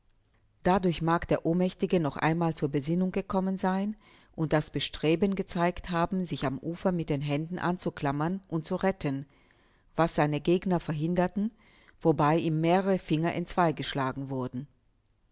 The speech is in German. dadurch mag der ohnmächtige noch einmal zur besinnung gekommen sein und das bestreben gezeigt haben sich am ufer mit den händen anzuklammern und zu retten was seine gegner verhinderten wobei ihm mehrere finger entzweigeschlagen wurden